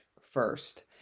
first